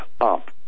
up